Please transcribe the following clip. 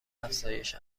افزایش